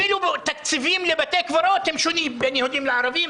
אפילו תקציבים לבתי הקברות שונים בין יהודים לערבים,